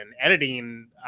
editing